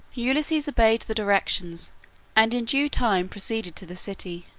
ulysses obeyed the directions and in due time proceeded to the city,